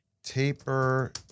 Taper